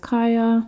Kaya